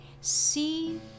see